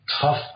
tough